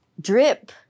drip